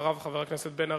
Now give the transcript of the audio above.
אחריו, חבר הכנסת בן-ארי.